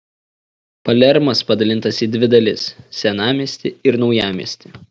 palermas padalintas į dvi dalis senamiestį ir naujamiestį